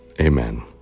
Amen